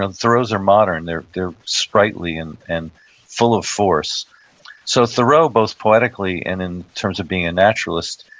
and thoreau's are modern. they're they're spritely and and full of force so thoreau, both poetically and in terms of being a naturalist,